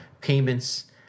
payments